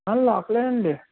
local ఏ అండి